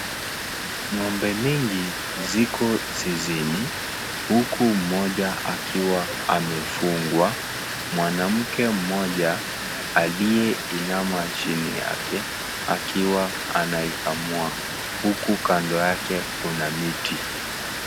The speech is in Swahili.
Ng'ombe mingi ziko zizini, huku mmoja akiwa amefungwa. Mwanamke mmoja aliye inama chini yake, akiwa anaikamua, huku kando yake kuna miti.